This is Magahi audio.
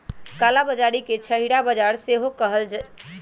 कला बजारी के छहिरा बजार सेहो कहइ छइ